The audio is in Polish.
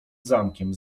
zamkiem